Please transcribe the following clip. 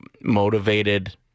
motivated